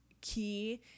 key